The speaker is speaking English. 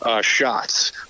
shots